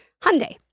Hyundai